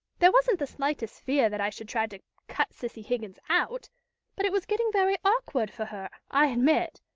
there wasn't the slightest fear that i should try to cut cissy higgins out but it was getting very awkward for her, i admit.